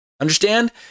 Understand